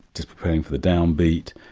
just preparing for the downbeat,